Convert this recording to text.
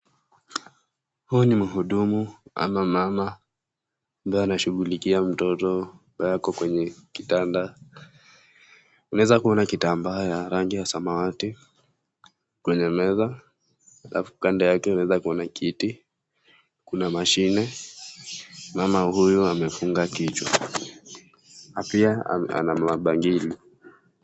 Huyu ni mhudumu ama mama, ambaye anashughulikia mtoto ambaye ako kwenye kitanda. Unaweza kuona kitambaa ya rangi ya samawati kwenye meza, alafu kando yake unaweza kuona kiti. Kuna mashine. Mama huyu amefunga kichwa na pia ana mabangili.